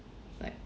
like